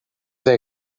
they